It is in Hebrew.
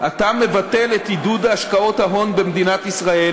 אתה מבטל את עידוד השקעות ההון במדינת ישראל,